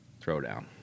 throwdown